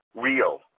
real